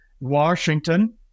Washington